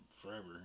Forever